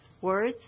Words